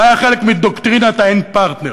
זה היה חלק מדוקטרינת ה"אין פרטנר",